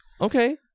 Okay